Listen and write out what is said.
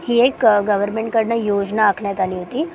ही एक गव्हर्मेंटकडनं योजना आखण्यात आली होती